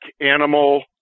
animal